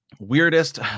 Weirdest